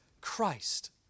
Christ